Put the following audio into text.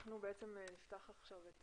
אנחנו נפתח עכשיו את